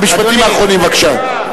המשפטים האחרונים, בבקשה.